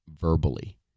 verbally